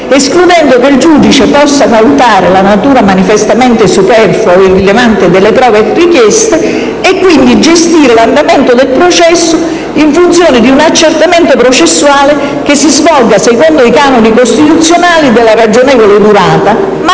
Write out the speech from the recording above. escludendo che il giudice possa valutare la natura manifestamente superflua o irrilevante delle prove richieste, e quindi gestire l'andamento del processo in funzione di un accertamento processuale che si svolga secondo i canoni costituzionali della ragionevole durata, ma